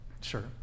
sure